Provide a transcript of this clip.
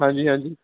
ਹਾਂਜੀ ਹਾਂਜੀ